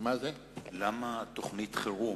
למה תוכנית חירום?